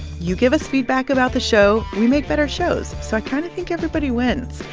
you give us feedback about the show, we make better shows. so i kind of think everybody wins.